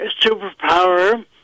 superpower